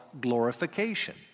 glorification